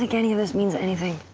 like any of this means anything.